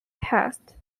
test